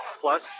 Plus